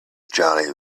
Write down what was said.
jolly